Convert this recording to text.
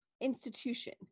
Institution